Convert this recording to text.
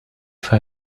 for